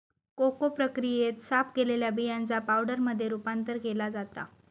cocoa प्रक्रियेत, साफ केलेल्या बियांचा पावडरमध्ये रूपांतर केला जाता